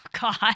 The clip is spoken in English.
God